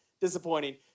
disappointing